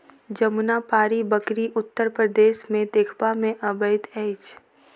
जमुनापारी बकरी उत्तर प्रदेश मे देखबा मे अबैत अछि